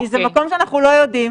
כי זה מקום שאנחנו לא יודעים.